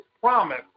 promise